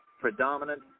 predominant